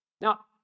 Now